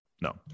No